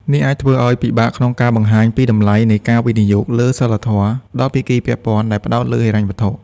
នេះអាចធ្វើឱ្យពិបាកក្នុងការបង្ហាញពីតម្លៃនៃការវិនិយោគលើសីលធម៌ដល់ភាគីពាក់ព័ន្ធដែលផ្ដោតលើហិរញ្ញវត្ថុ។